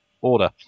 order